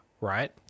right